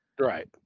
Right